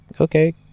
okay